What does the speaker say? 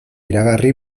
iragarri